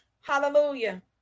Hallelujah